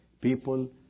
people